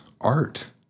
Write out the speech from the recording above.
art